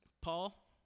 Paul